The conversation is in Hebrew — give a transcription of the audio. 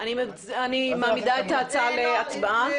אני מעמידה את ההצעה להצבעה.